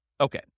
Okay